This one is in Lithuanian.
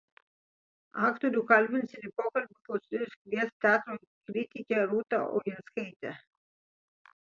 aktorių kalbins ir į pokalbį klausytojus kvies teatro kritikė rūta oginskaitė